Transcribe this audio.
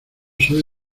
soy